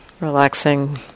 Relaxing